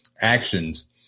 actions